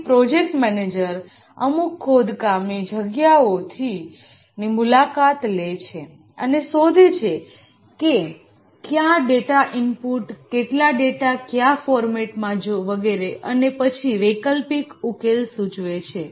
તેથી project manager અમુક ખોદકામની જગ્યાઓની મુલાકાત લે છે અને શોધે છે કે ક્યા ડેટા ઈનપુટ કેટલા ડેટા ક્યા ફોર્મેટમાં વગેરે અને પછી વૈકલ્પિક ઉકેલ સૂચવે છે